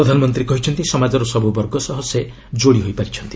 ପ୍ରଧାନମନ୍ତ୍ରୀ କହିଛନ୍ତି ସମାଜର ସବୁ ବର୍ଗ ସହ ସେ ଯୋଡ଼ି ହୋଇପାରିଛନ୍ତି